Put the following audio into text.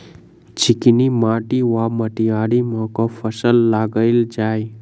चिकनी माटि वा मटीयारी मे केँ फसल लगाएल जाए?